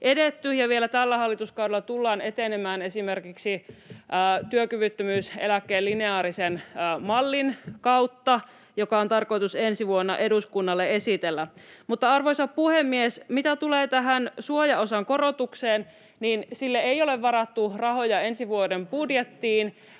Vielä tällä hallituskaudella tullaan etenemään esimerkiksi työkyvyttömyyseläkkeen lineaarisen mallin kautta, joka on tarkoitus ensi vuonna eduskunnalle esitellä. Mutta, arvoisa puhemies, mitä tulee tähän suojaosan korotukseen, niin sille ei ole varattu rahoja ensi vuoden budjettiin.